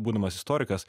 būdamas istorikas